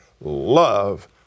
love